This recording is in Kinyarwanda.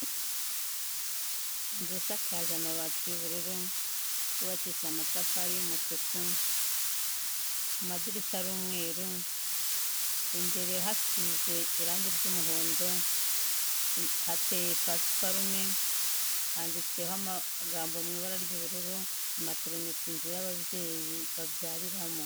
Inzu isakaje amabati y'ubururu, yubakishije amatafari y'umutuku ku madirishya ari umweru, imbere hasize irange ry'umuhondo, hateye pasiparume, handitseho amagambo mu ibara ry'ubururu materinite inzu y'ababyeyi babyariramo.